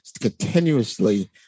continuously